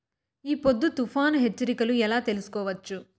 ఈ పొద్దు తుఫాను హెచ్చరికలు ఎలా తెలుసుకోవచ్చు?